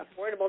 affordable